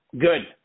Good